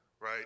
right